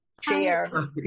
Chair